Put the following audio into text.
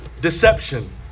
deception